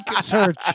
search